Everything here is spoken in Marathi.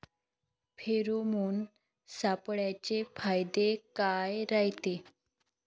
फेरोमोन सापळ्याचे फायदे काय रायते?